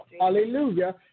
Hallelujah